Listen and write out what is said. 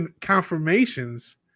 confirmations